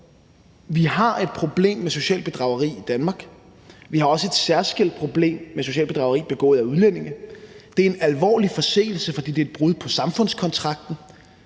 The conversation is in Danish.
Vi har et problem med socialt bedrageri i Danmark. Vi har også et særskilt problem med socialt bedrageri begået af udlændinge. Det er en alvorlig forseelse, fordi det er et brud på samfundskontrakten.